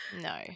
No